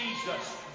Jesus